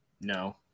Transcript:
no